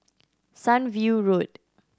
Sunview Road